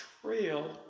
trail